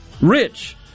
Rich